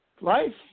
life